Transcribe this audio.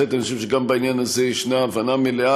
אני חושב שגם בעניין הזה ישנה הבנה מלאה,